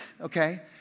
okay